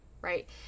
right